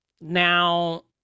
now